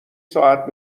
ساعت